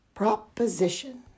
Proposition